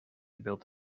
built